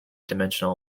dimensional